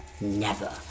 Never